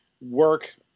work